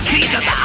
Jesus